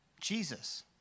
Jesus